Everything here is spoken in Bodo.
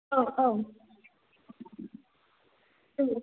औ औ औ